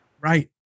Right